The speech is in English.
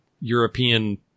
European